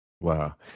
Wow